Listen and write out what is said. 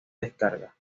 descarga